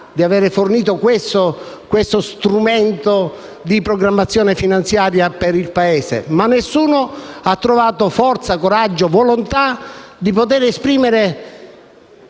di avere fornito questo strumento di programmazione finanziaria per il Paese. Nessuno ha trovato forza, coraggio, volontà per potere esprimere